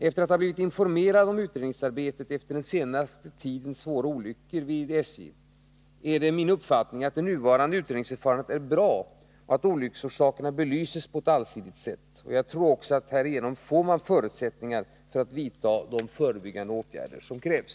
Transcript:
Efter att ha blivit informerad om utredningsarbetet efter den senaste tidens svåra olyckor vid SJ är det min uppfattning att det nuvarande utredningsförfarandet är bra och att olycksorsakerna belyses på ett allsidigt sätt. Jag tror också att man härigenom får förutsättningar för att vidta de förebyggande åtgärder som krävs.